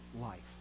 life